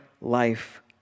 life